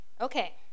Okay